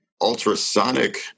ultrasonic